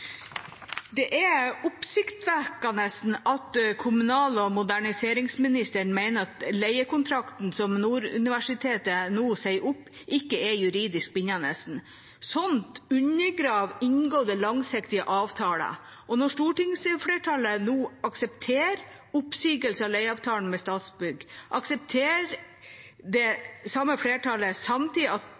Det er oppsiktsvekkende at kommunal- og moderniseringsministeren mener at leiekontrakten som Nord universitet nå sier opp, ikke er juridisk bindende. Sånt undergraver inngåtte langsiktige avtaler, og når stortingsflertallet nå aksepterer oppsigelse av leieavtalen med Statsbygg, aksepterer det samme flertallet samtidig at